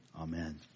amen